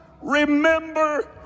Remember